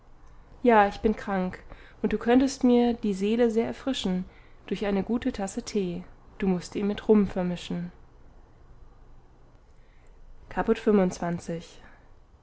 ja ich bin krank und du könntest mir die seele sehr erfrischen durch eine gute tasse tee du mußt ihn mit rum vermischen caput